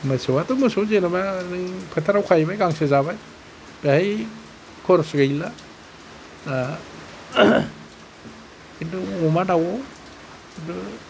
मोसौआथ' मोसौ जेन'बा बै फोथाराव खाहैबाय गांसो जाबाय बाहाय खरस गैला खिन्थु अमा दावआव खिन्थु